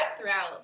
throughout